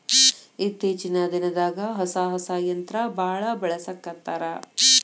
ಇತ್ತೇಚಿನ ದಿನದಾಗ ಹೊಸಾ ಹೊಸಾ ಯಂತ್ರಾ ಬಾಳ ಬಳಸಾಕತ್ತಾರ